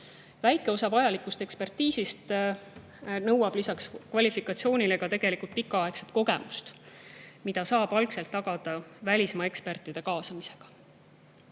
Väike osa vajalikust ekspertiisist nõuab lisaks kvalifikatsioonile pikaaegset kogemust, mida saab algselt tagada välismaa ekspertide kaasamisega.